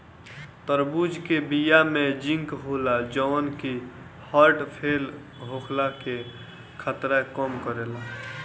तरबूज के बिया में जिंक होला जवन की हर्ट फेल होखला के खतरा कम करेला